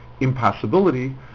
impossibility